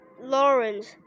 Lawrence